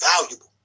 valuable